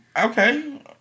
Okay